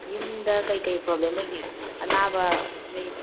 ꯌꯨꯝꯗ ꯀꯩꯀꯩ ꯄ꯭ꯔꯣꯕ꯭ꯂꯦꯝ ꯂꯩꯒꯦ ꯑꯅꯥꯕ ꯂꯩ